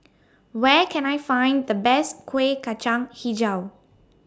Where Can I Find The Best Kuih Kacang Hijau